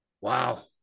wow